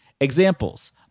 Examples